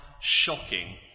shocking